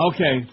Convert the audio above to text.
Okay